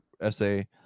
essay